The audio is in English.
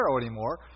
anymore